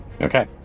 okay